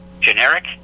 generic